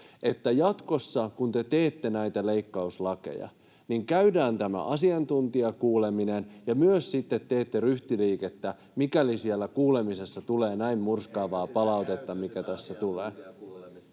että jatkossa, kun te teette näitä leikkauslakeja, niin käydään tämä asiantuntijakuuleminen ja myös sitten teette ryhtiliikettä, mikäli siellä kuulemisessa tulee näin murskaavaa palautetta, mikä tässä tulee.